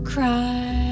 Cry